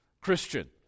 Christian